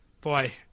Boy